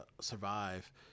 survive